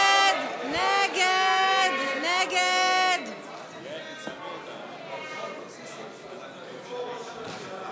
חוק התקציב לשנות הכספים 2017 ו-2018,